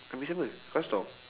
habis apa kau stop